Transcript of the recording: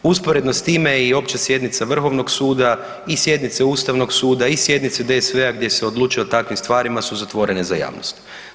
Usporedno s time je i Opća sjednica Vrhovnoga suda i sjednice Ustavnog suda i sjednica DSV-a gdje se odlučuje o takvim stvarima su zatvorene za javnost.